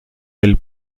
del